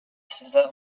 césar